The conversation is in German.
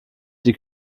die